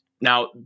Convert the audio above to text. Now